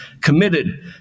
committed